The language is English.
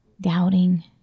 doubting